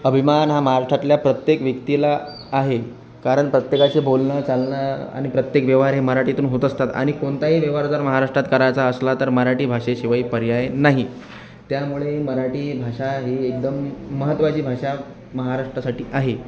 अभिमान हा महाराष्ट्रातल्या प्रत्येक व्यक्तीला आहे कारण प्रत्येकाचं बोलणं चालणं आनी प्रत्येक व्यवहार हे मराठीतून होत असतात आणि कोणताही व्यवहार हा जर महाराष्ट्रात करायचा असला तर मराठी भाषेशिवाय पर्याय नाही त्यामुळे मराठी भाषा ही एकदम महत्त्वाची भाषा महाराष्ट्रासाठी आहे